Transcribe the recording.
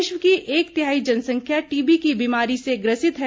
विश्व की एक तिहाई जनसंख्या टीबी की बीमारी से ग्रसित हैं